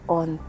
on